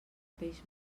peix